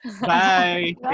Bye